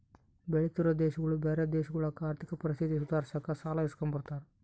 ಬೆಳಿತಿರೋ ದೇಶಗುಳು ಬ್ಯಾರೆ ದೇಶಗುಳತಾಕ ಆರ್ಥಿಕ ಪರಿಸ್ಥಿತಿನ ಸುಧಾರ್ಸಾಕ ಸಾಲ ಇಸ್ಕಂಬ್ತಾರ